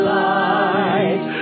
light